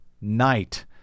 night